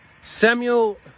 Samuel